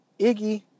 Iggy